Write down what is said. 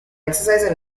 exercise